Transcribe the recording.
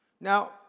Now